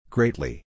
Greatly